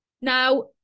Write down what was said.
Now